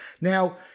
Now